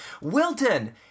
Wilton